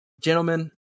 Gentlemen